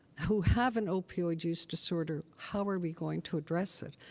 who have an opioid use disorder, how are we going to address it?